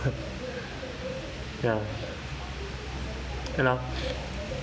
ya hello